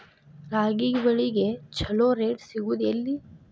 ರಾಗಿ ಬೆಳೆಗೆ ಛಲೋ ರೇಟ್ ಸಿಗುದ ಎಲ್ಲಿ?